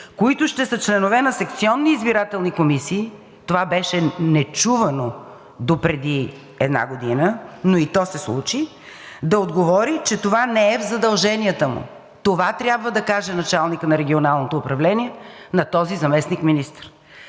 които ще са членове на секционни избирателни комисии – това беше нечувано допреди една година, но и то се случи – да отговори, че това не е в задълженията му. Това трябва да каже началникът на Регионалното управление на този заместник-министър.